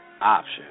option